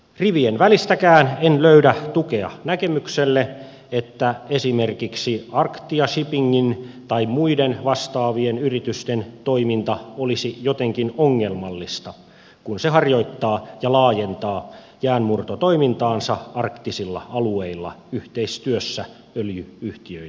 rivien välistäkään en löydä tukea näkemykselle että esimerkiksi arctia shippingin tai muiden vastaavien yritysten toiminta olisi jotenkin ongelmallista kun se harjoittaa ja laajentaa jäänmurtotoimintaansa arktisilla alueilla yhteistyössä öljy yhtiöiden kanssa